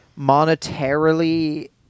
monetarily